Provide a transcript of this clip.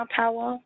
power